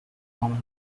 common